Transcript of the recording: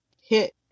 hit